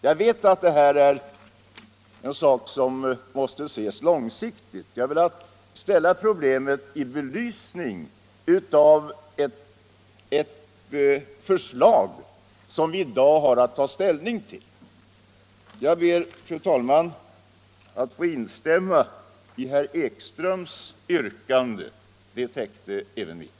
Jag vet att det här är en sak som måste ses långsiktigt, men jag har velat ställa problemet i belysning av ett förslag som vi i dag har att ta ställning till. Jag ber, fru talman, att få instämma i herr Ekströms yrkande — det täcker även mitt.